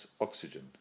oxygen